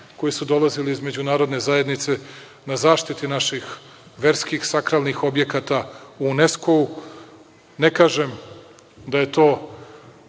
koji su dolazili iz međunarodne zajednice, na zaštiti naših verskih sakralnih objekata u Unesku. Ne kažem da je to